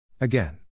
Again